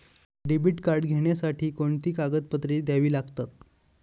Debit card घेण्यासाठी कोणती कागदपत्रे द्यावी लागतात?